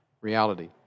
reality